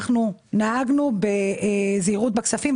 אנחנו נהגנו בזהירות בכספים.